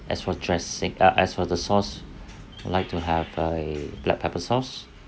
as for dressing uh as for the sauce I'll like to have a black pepper sauce